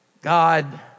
God